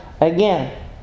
again